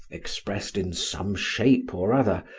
expressed in some shape or other,